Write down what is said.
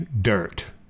dirt